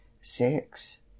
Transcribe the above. Six